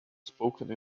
spoken